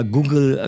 Google